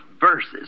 verses